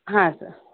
ಹಾಂ ಸರ್